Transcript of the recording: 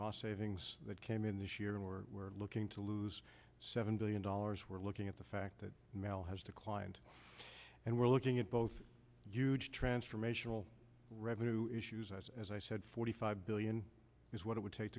cost savings that came in this year and we're looking to lose seven billion dollars we're looking at the fact that mail has declined and we're looking at both huge transformational revenue issues as i said forty five billion is what it would take